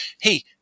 Hey